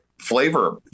flavor